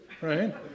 right